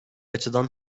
açıdan